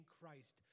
Christ